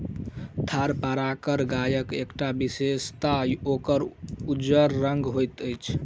थारपारकर गायक एकटा विशेषता ओकर उज्जर रंग होइत अछि